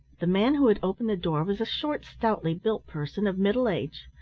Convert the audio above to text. the man who had opened the door was a short, stoutly built person of middle age.